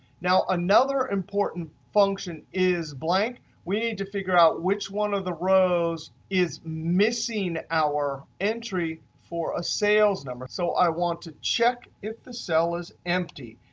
now another important function is blank. we need to figure out which one of the rows is missing our entry for a sales number. so i want to check if the cell is empty.